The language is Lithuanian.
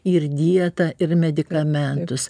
ir dietą ir medikamentus